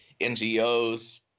NGOs